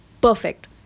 perfect